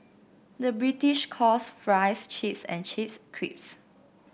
the British calls fries chips and chips crisps